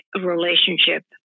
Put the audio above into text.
relationship